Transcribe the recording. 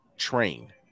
Train